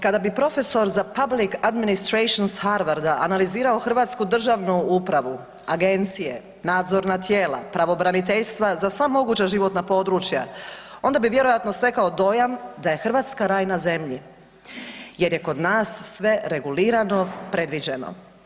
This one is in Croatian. Kada bi profesor za Public administration Harvarda analizirao hrvatsku državnu upravu, agencije, nadzorna tijela, pravobraniteljstva za sva moguća životna područja onda bi vjerojatno stekao dojam da je Hrvatska raj na zemlji jer je kod nas sve regulirano predviđeno.